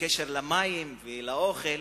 בקשר למים ולאוכל,